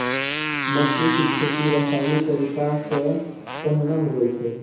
मक्के की खेती रसायनिक तरीका से कहना हुआ छ?